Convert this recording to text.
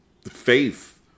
faith